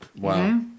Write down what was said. Wow